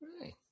Right